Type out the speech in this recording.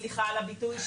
סליחה על הביטוי,